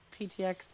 PTX